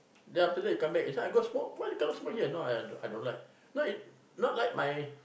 then after that come back I say I go smoke why you cannot smoke here no I I I don't like not like my